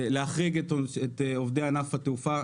להחריג את עובדי ענף התעופה.